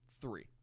three